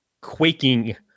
quaking